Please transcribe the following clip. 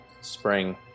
Spring